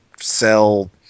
sell